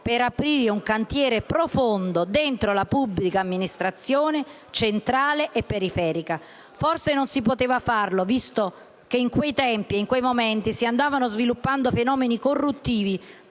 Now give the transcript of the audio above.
e aprire un cantiere profondo all'interno della pubblica amministrazione, centrale e periferica. Forse non si poteva farlo, visto che in quei tempi e in quei momenti si andavano sviluppando fenomeni corruttivi